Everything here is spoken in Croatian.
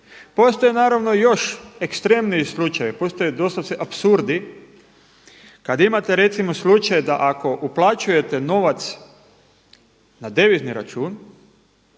Postoje naravno još ekstremniji slučajevi, postoje doslovce apsurdi, kada imate recimo slučaj da ako uplaćujete novac na devizni račun,